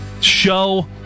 show